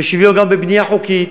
ושוויון גם בבנייה חוקית?